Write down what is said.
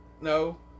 no